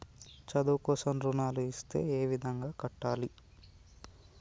చదువు కోసం రుణాలు ఇస్తే ఏ విధంగా కట్టాలి?